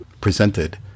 presented